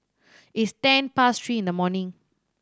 its ten past three in the morning